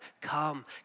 Come